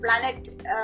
planet